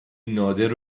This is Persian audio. نادر